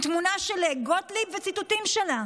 עם תמונה של גוטליב וציטוטים שלה.